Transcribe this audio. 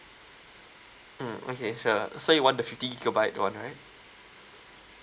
mm okay sure so you want the fifty gigabyte that one right